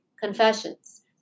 confessions